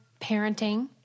parenting